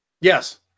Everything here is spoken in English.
Yes